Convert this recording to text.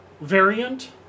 variant